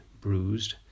bruised